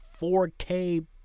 4K